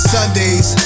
Sundays